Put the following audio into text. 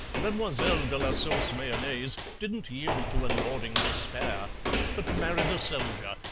mademoiselle de la sauce mayonnaise didn't yield to a gnawing despair but married a soldier,